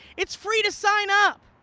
it's free to sign up!